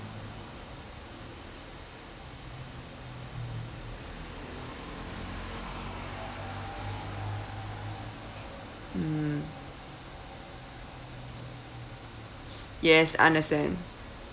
mm yes understand